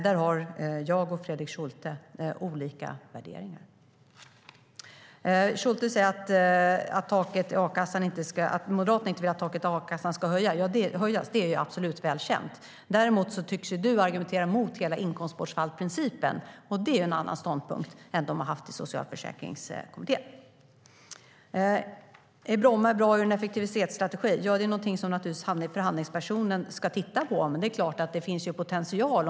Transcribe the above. Där har jag och Fredrik Schulte olika värderingar. Schulte säger att Moderaterna inte vill att taket i a-kassan ska höjas. Det är absolut välkänt. Däremot tycks du argumentera emot hela inkomstbortfallsprincipen, och det är en annan ståndpunkt än Moderaterna har haft i Socialförsäkringskommittén.Är Bromma bra med tanke på en energieffektivitetsstrategi? Det är något som förhandlingspersonen naturligtvis ska titta på. Men det är klart att det finns potential.